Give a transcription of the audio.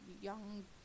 young